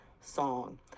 song